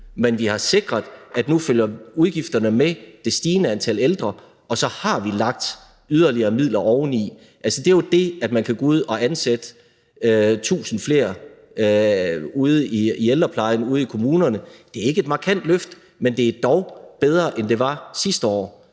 men vi har sikret, at nu følger midlerne med det stigende antal ældre, og så har vi lagt yderligere midler oveni. Det er jo det, der gør, at man kan gå ud og ansætte 1.000 flere i ældreplejen ude i kommunerne. Det er ikke et markant løft, men det er dog bedre, end det var sidste år.